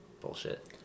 bullshit